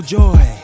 joy